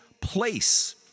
place